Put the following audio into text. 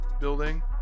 building